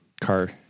car